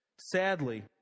Sadly